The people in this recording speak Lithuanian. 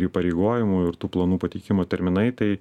įpareigojimų ir tų planų pateikimo terminai tai